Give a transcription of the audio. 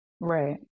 Right